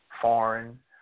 foreign